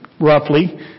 roughly